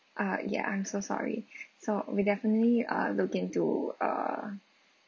uh ya I'm so sorry so we definitely uh look into err